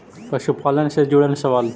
पशुपालन से जुड़ल सवाल?